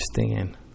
understand